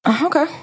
Okay